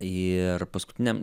ir paskutiniam